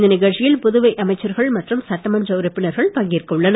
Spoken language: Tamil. இந்த நிகழ்ச்சியில் புதுவை அமைச்சர்கள் மற்றும் சட்டமன்ற உறுப்பினர்கள் பங்கேற்க உள்ளனர்